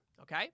Okay